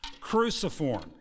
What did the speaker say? Cruciform